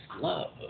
love